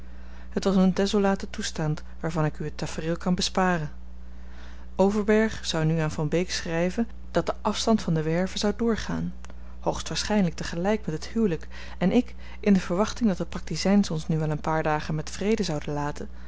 het was een desolate toestand waarvan ik u het tafereel kan besparen overberg zou nu aan van beek schrijven dat de afstand van de werve zou doorgaan hoogst waarschijnlijk tegelijk met het huwelijk en ik in de verwachting dat de praktizijns ons nu wel een paar dagen met vrede zouden laten